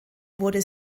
wurde